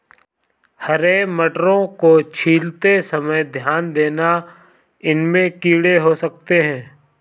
हरे मटरों को छीलते समय ध्यान देना, इनमें कीड़े हो सकते हैं